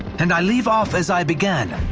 and i leave off as i began,